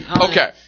Okay